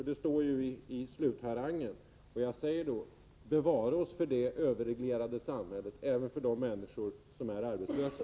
Det står ju i slutharangen. Då vill jag säga: Bevare oss för det överreglerade samhället — även när det gäller de människor som är arbetslösa!